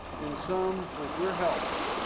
in sum, with your help,